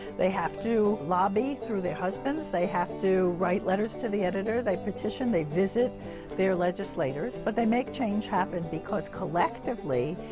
they have to lobby through their husbands. they have to write letters to the editor, they petition, they visit their legislators, but they make change happen because collectively,